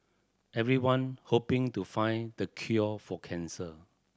everyone hoping to find the cure for cancer